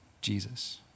Jesus